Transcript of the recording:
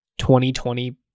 2020